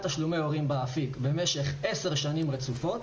תשלומי הורים באפיק במשך עשר שנים רצופות,